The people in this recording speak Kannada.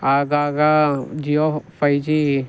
ಆಗಾಗ ಜಿಯೋ ಫೈಜಿ